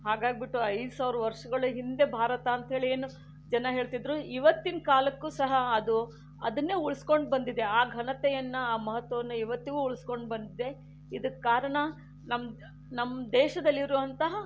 ಹಾಗಾಗ್ಬಿಟ್ಟು ಐದು ಸಾವಿರ ವರ್ಷಗಳ ಹಿಂದೆ ಭಾರತಾಂತ್ಹೇಳಿ ಏನು ಜನ ಹೇಳ್ತಿದ್ರು ಇವತ್ತಿನ ಕಾಲಕ್ಕೂ ಸಹ ಅದು ಅದನ್ನೇ ಉಳಿಸಿಕೊಂಡು ಬಂದಿದೆ ಆ ಘನತೆಯನ್ನು ಆ ಮಹತ್ವವನ್ನು ಇವತ್ತಿಗೂ ಉಳಿಸಿಕೊಂಡು ಬಂದಿದೆ ಇದಕ್ಕೆ ಕಾರಣ ನಮ್ ನಮ್ಮ ದೇಶದಲ್ಲಿರುವಂತಹ